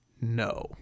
No